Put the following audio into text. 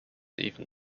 even